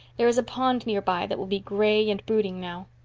there is a pond nearby that will be gray and brooding now.